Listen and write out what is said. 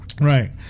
Right